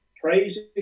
praising